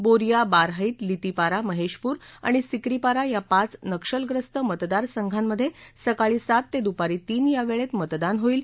बोरिया बारहैत लितिपारा महेशपूर आणि सिकरीपारा या पाच नक्षलग्रस्त मतदारसंघांमधे सकाळी सात ते दुपारी तीन या वेळेत मतदान होईल